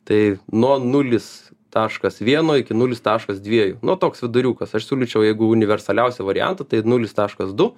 tai nuo nulis taškas vieno iki nulis taškas dviejų nu toks viduriukas aš siūlyčiau jeigu universaliausią variantą tai nulis taškas du